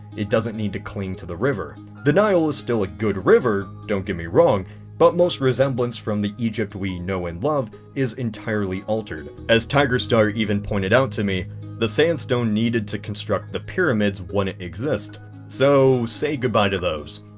it doesn't need to cling to the river the nile is still a good river don't get me wrong but most resemblance from the egypt we know and love is entirely altered. as tigerstar even pointed out to me the sandstone needed to construct the pyramids when it exists so say goodbye to those.